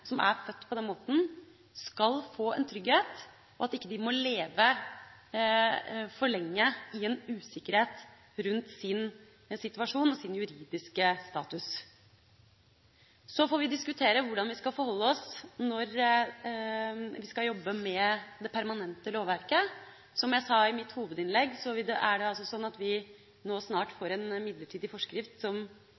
som er i Norge, som er født på den måten, skal få en trygghet, og at de ikke må leve for lenge i en usikkerhet rundt sin situasjon og sin juridiske status. Så får vi diskutere hvordan vi skal forholde oss når vi skal jobbe med det permantente lovverket. Som jeg sa i mitt hovedinnlegg, er det sånn at vi nå snart